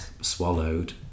swallowed